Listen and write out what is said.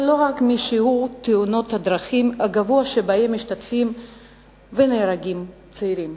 ולא רק בשיעור הגבוה של תאונות הדרכים שבהן מעורבים ונהרגים צעירים.